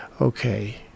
okay